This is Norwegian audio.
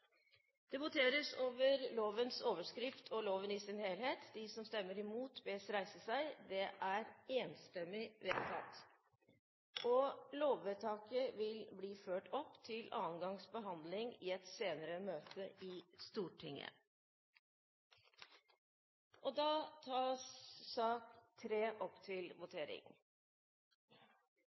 Det voteres over lovens overskrift og loven i sin helhet. Lovvedtaket vil bli ført opp til annen gangs behandling i et senere møte i Stortinget. Det voteres over lovens overskrift og loven i sin helhet. Lovvedtaket vil bli ført opp til